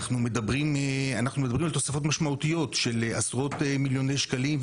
אנחנו מדברים על תוספות משמעותיות של עשרות מיליוני שקלים,